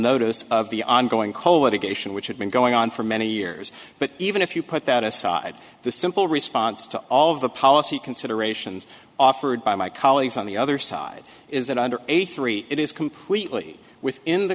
notice of the ongoing colletti geisha which had been going on for many years but even if you put that aside the simple response to all of the policy considerations offered by my colleagues on the other side is that under eighty three it is completely within the